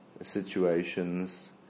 situations